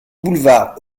boulevard